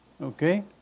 Okay